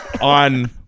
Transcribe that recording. on